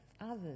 others